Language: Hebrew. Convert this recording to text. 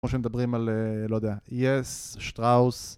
כמו שהם מדברים על, לא יודע, יש, שטראוס.